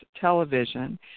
television